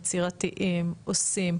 יצירתיים עושים,